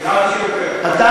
הוא עשה הפסקה.